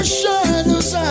shadows